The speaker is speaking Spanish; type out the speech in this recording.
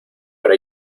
pero